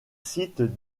sites